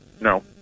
No